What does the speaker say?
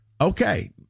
okay